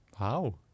wow